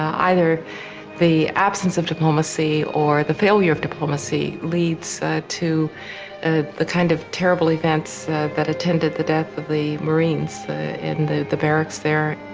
um either the absence of diplomacy or the failure of diplomacy leads to ah the kind of terrible events that attended the death of the marines in the the barracks there.